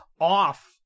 off